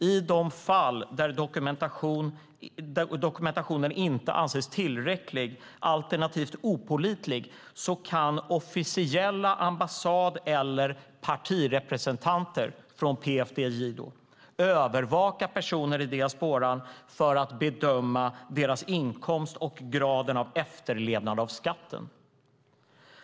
I de fall där dokumentationen inte anses tillräcklig, alternativt opålitlig, kan officiella ambassad eller partirepresentanter - från PFDJ - övervaka personer i diasporan för att bedöma deras inkomst och graden av efterlevnad av skatten.